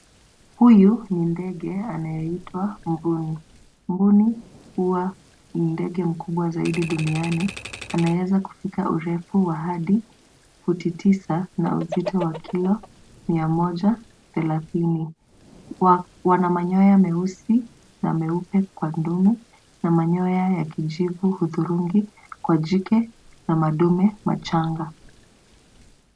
Huyu ni ndege anayeitwa mbuni. Mbuni huwa ni ndege mkubwa zaidi duniani anaweza kufika urefu wa hadi futi tisa na uzito wa kilo mia moja thelathini. Wana manyoya meusi na meupe kwa dume, na manyoya ya kijivu hudhurungi kwa jike na madume machanga.